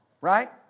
Right